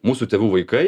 mūsų tėvų vaikai